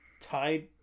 tied